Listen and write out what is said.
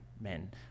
men